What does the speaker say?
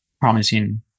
promising